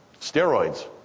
Steroids